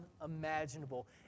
unimaginable